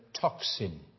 toxin